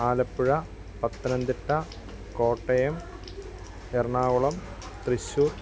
Alappuzha Pathanamthitta Kottayam Ernakulam Thrissur